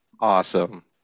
Awesome